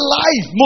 life